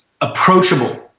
approachable